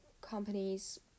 companies